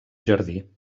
jardí